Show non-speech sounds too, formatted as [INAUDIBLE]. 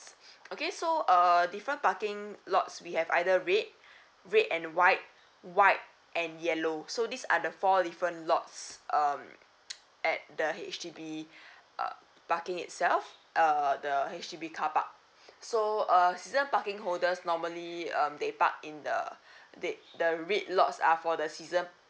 okay so uh different parking lots we have either red red and white white and yellow so these are the four different lots um [NOISE] at the H_D_B uh parking itself uh the H_D_B carpark so uh season parking holders normally um they park in the they the red lots uh for the season